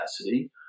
capacity